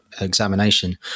examination